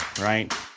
right